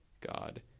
god